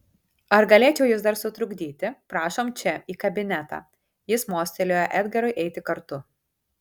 ar galėčiau jus dar sutrukdyti prašom čia į kabinetą jis mostelėjo edgarui eiti kartu